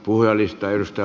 arvoisa puhemies